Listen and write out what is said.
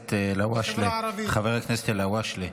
הכנסת אלהואשלה,